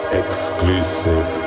exclusive